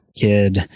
kid